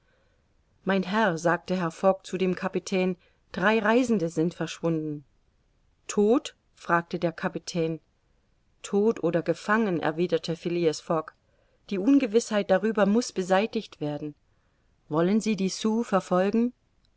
mein herr sagte herr fogg zu dem kapitän drei reisende sind verschwunden todt fragte der kapitän todt oder gefangen erwiderte phileas fogg die ungewißheit darüber muß beseitigt werden wollen sie die sioux verfolgen